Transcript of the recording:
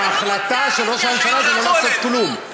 ההחלטה של ראש הממשלה זה לא לעשות כלום.